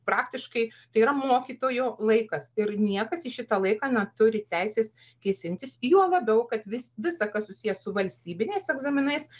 praktiškai tai yra mokytojo laikas ir niekas į šitą laiką neturi teisės kėsintis juo labiau kad vis visa kas susiję su valstybiniais egzaminais